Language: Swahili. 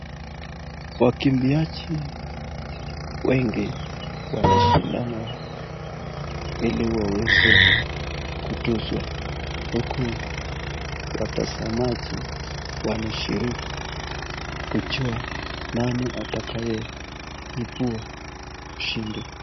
Wakimbiaji wengi wanashindana ili waweze kutuzwa huku watazamaji wamashiriki kujua nani atakaye ibua mshindi.